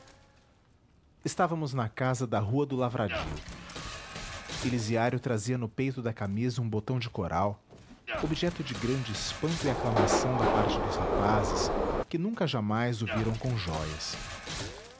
estávamos na casa da rua do lavradio elisiário trazia no peito da camisa um botão de coral objeto de grande espanto e aclamação da parte dos rapazes que nunca jamais o viram com jóias